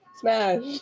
Smash